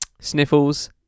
Sniffles